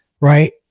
right